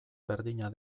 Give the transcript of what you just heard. berdina